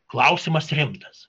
klausimas rimtas